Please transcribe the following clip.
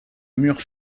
mur